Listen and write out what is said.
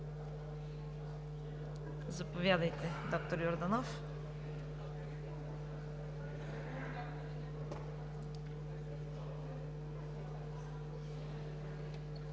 Заповядайте, доктор Йорданов.